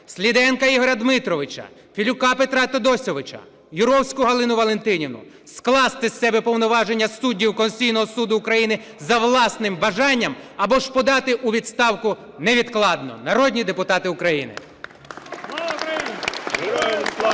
Сліденка Ігоря Дмитровича, Філюка Петра Тодосьовича, Юровську Галину Валентинівну, скласти з себе повноваження суддів Конституційного Суду України за власним бажанням або ж подати у відставку невідкладно. Народні депутати України".